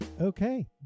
Okay